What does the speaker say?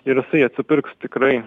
ir jisai atsipirks tikrai